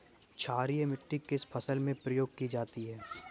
क्षारीय मिट्टी किस फसल में प्रयोग की जाती है?